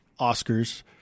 Oscars